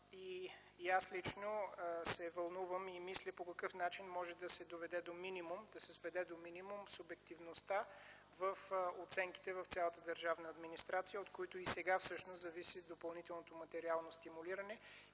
И аз лично се вълнувам и мисля по какъв начин може да се сведе до минимум субективността в оценките в цялата държавна администрация, от които и сега всъщност зависи допълнителното материално стимулиране